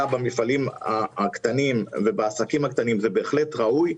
במפעלים הקטנים ובעסקים הקטנים זה בהחלט ראוי,